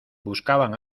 buscaban